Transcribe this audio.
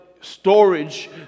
Storage